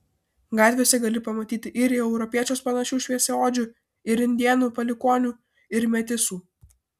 gatvėse gali pamatyti ir į europiečius panašių šviesiaodžių ir indėnų palikuonių ir metisų